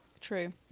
True